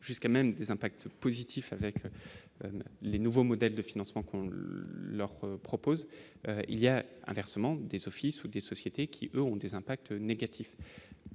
jusqu'à même des impacts positifs avec les nouveaux modèles de financement, on l'art propose il y a un versement des offices ou des sociétés qui ont des impacts négatifs,